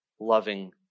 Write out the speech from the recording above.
loving